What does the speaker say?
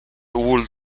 would